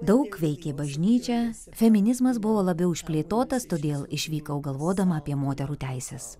daug veikė bažnyčia feminizmas buvo labiau išplėtotas todėl išvykau galvodama apie moterų teises